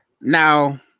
now